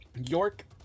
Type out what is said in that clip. York